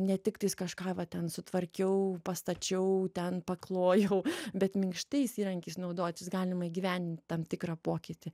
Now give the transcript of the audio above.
ne tiktais kažką va ten sutvarkiau pastačiau ten paklojau bet minkštais įrankiais naudotis galima įgyven tam tikrą pokytį